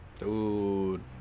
Dude